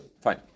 fine